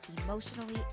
emotionally